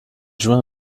juin